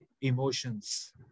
emotions